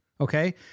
Okay